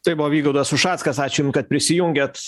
tai buvo vygaudas ušackas ačiū jum kad prisijungėt